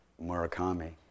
Murakami